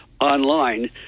online